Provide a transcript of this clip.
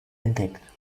entdeckt